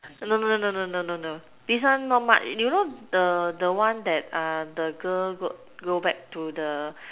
no no no no no no no this one not much you know the the one that the girl go go back to the